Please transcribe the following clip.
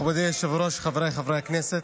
מכובדי היושב-ראש, חבריי חברי הכנסת,